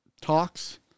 talks